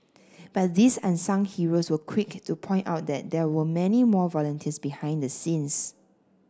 but these unsung heroes were quick to point out that there were many more volunteers behind the scenes